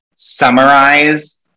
Summarize